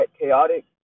chaotic